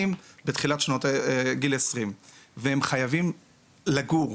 בתחילת שנות גיל העשרים והם חייבים לגור.